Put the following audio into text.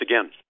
again